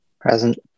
Present